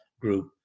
group